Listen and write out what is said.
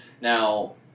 Now